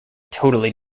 totally